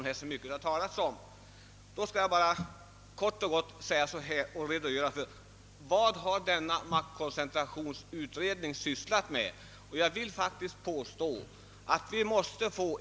Jag skall därför helt kort redogöra för vad denna koncentrationsutredning har sysslat med.